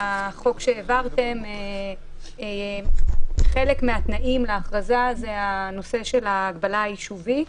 בחוק שהעברתם חלק מהתנאים להכרזה הם הנושא של ההגבלה היישובית,